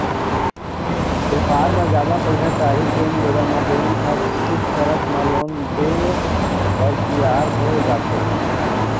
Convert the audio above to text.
बेपार बर जादा पइसा चाही तेन बेरा म बेंक ह कुछ सरत म लोन देय बर तियार हो जाथे